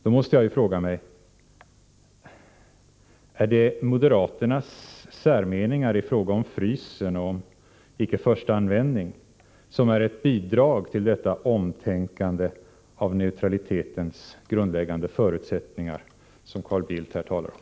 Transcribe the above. Då måste jag fråga mig: Är det moderaternas särmeningar i fråga om frysen och icke-förstaanvändning som är ett bidrag till detta omtänkande då det gäller neutralitetens grundläggande förutsättningar som Carl Bildt här talade om?